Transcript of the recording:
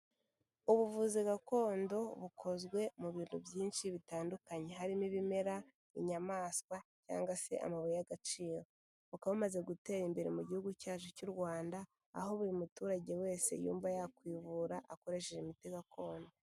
Ubuvuzi gakondo bukozwe mu bintu byinshi bitandukanye, harimo ibimera, inyamaswa, cyangwa se amabuye y'agaciro. Bukaba bumaze gutera imbere mu gihugu cyacu cy'u Rwanda, aho buri muturage wese yumva yakwivura akoresheje imiti gakondo.